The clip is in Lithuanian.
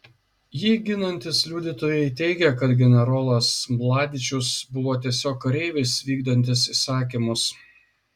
jį ginantys liudytojai teigia kad generolas mladičius buvo tiesiog kareivis vykdantis įsakymus